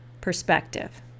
perspective